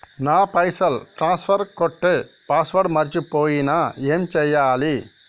నా పైసల్ ట్రాన్స్ఫర్ కొట్టే పాస్వర్డ్ మర్చిపోయిన ఏం చేయాలి?